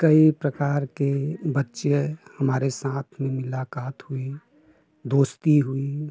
कई प्रकार के बच्चे हमारे साथ मुलाकात हुई दोस्ती हुई